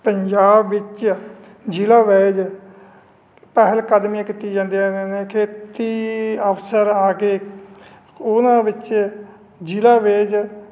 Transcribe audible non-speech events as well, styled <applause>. ਪੰਜਾਬ ਵਿੱਚ ਜ਼ਿਲ੍ਹਾ ਵਾਈਜ਼ ਪਹਿਲਕਦਮੀਆਂ ਕੀਤੀ ਜਾਂਦੀਆਂ <unintelligible> ਖੇਤੀ ਅਫ਼ਸਰ ਆ ਕੇ ਉਹਨਾਂ ਵਿੱਚ ਜ਼ਿਲ੍ਹਾ ਵੇਜ਼